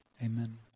amen